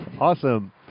Awesome